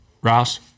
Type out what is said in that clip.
Ross